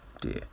dear